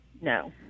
No